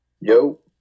Yo